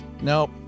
Nope